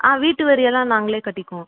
ஆ வீட்டு வரியெல்லாம் நாங்களே கட்டிக்குவோம்